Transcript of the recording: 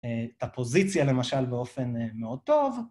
את הפוזיציה למשל באופן מאוד טוב.